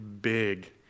big